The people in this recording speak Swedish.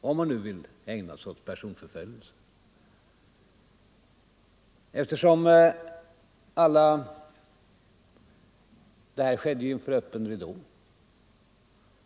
om man nu ville ägna sig åt personförföljelse, eftersom det hela skedde inför öppen ridå.